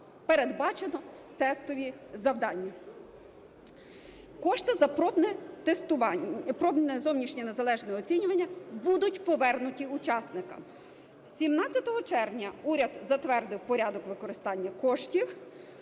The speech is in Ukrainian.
передбачено тестові завдання. Кошти за пробне зовнішнє незалежне оцінювання будуть повернуті учасникам. 17 червня уряд затвердив порядок використання коштів.